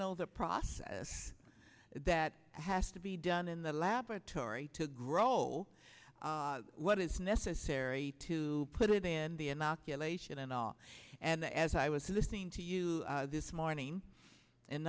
know the process that has to be done in the laboratory to grow what is necessary to put it in the inoculation and all and as i was listening to you this morning and